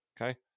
Okay